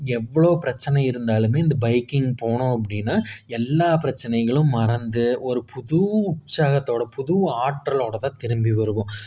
எவ்வளோ பிரச்சனை இருந்தாலும் இந்த பைக்கிங் போனோம் அப்படின்னா எல்லா பிரச்சனைகளும் மறந்து ஒரு புது உற்சாகத்தோடு புது ஆற்றலோடுதான் திரும்பி வருவோம்